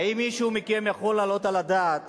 האם מישהו מכם יכול לעלות על הדעת